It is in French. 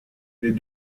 les